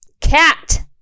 Cat